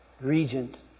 Regent